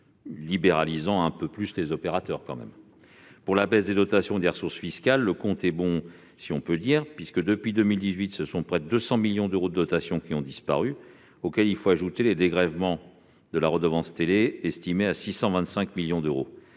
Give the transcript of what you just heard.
libéralisant un peu plus les opérateurs. Pour la baisse des dotations et des ressources fiscales, le compte est bon, si l'on peut dire : depuis 2018, ce sont près de 200 millions d'euros de dotations qui ont disparu, auxquels il faut ajouter les dégrèvements de la redevance télé, estimés à 625 millions d'euros,